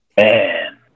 Man